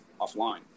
offline